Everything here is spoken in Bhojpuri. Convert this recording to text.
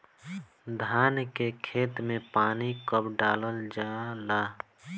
धान के खेत मे पानी कब डालल जा ला?